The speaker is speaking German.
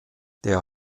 der